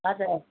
हजुर ह